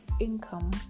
income